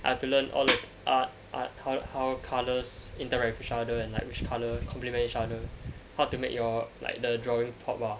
I had to learn all the art art how how colours interact with each other and which colour complement each other how to make your like the drawing pop ah